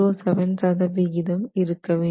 07 சதவிகிதம் இருக்க வேண்டும்